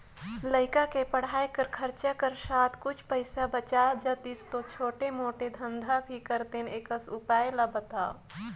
लइका के पढ़ाई कर खरचा कर साथ कुछ पईसा बाच जातिस तो छोटे मोटे धंधा भी करते एकस उपाय ला बताव?